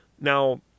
Now